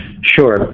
Sure